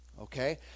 Okay